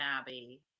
Abbey